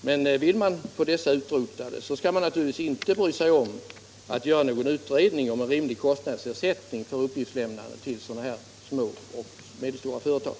Men vill man få dessa utrotade, skall man naturligtvis inte bry sig om att göra någon utredning om en rimlig kostnadsersättning för uppgiftslämnandet i små och medelstora företag.